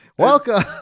Welcome